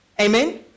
Amen